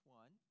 one